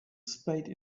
spade